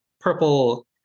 purple